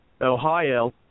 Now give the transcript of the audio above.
Ohio